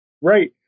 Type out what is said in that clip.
Right